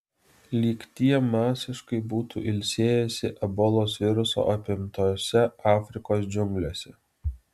lyg tie masiškai būtų ilsėjęsi ebolos viruso apimtose afrikos džiunglėse